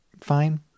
fine